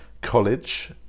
college